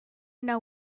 know